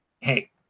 hey